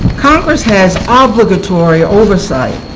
congress has ah obligatory oversight